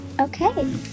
Okay